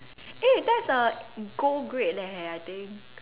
eh that's a gold grade leh I think